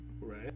Right